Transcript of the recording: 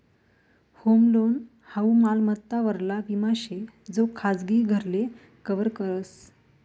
home loan हाऊ मालमत्ता वरला विमा शे जो खाजगी घरले कव्हर करस